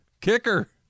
Kicker